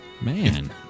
Man